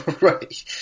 Right